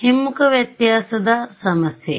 ಹಿಮ್ಮುಖ ವ್ಯತ್ಯಾಸದ ಸಮಸ್ಯೆ